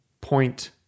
point